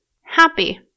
happy